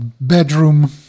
bedroom